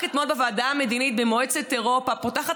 רק אתמול בוועדה המדינית במועצת אירופה פותחת